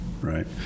right